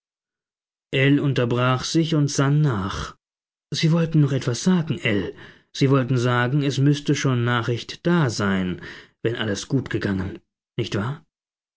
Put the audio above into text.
unterbrach sich und sann nach sie wollten noch etwas sagen ell sie wollten sagen es müßte schon nachricht da sein wenn alles gut gegangen nicht wahr